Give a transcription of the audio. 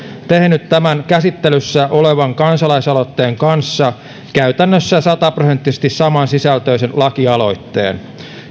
tehnyt tämän käsittelyssä olevan kansalaisaloitteen kanssa käytännössä sataprosenttisesti samansisältöisen lakialoitteen